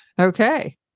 okay